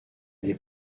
des